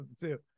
two